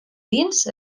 dins